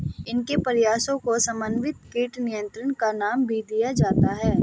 इनके प्रयासों को समन्वित कीट नियंत्रण का नाम भी दिया जाता है